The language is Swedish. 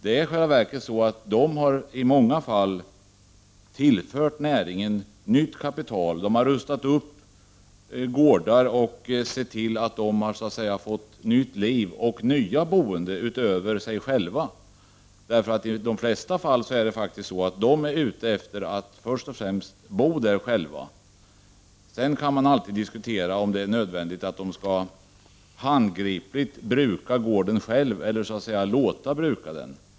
De har i själva verket i många fall tillfört näringen nytt kapital, de har rustat upp gårdar och sett till att dessa så att säga har fått nytt liv och nya boende utöver dem själva. I de flesta fall är köparna faktiskt ute efter att först och främst bo där själva. Sedan kan man alltid diskutera om det är nödvändigt att de handgripligt brukar gården själva eller så att säga låter bruka den.